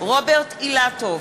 רוברט אילטוב,